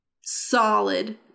solid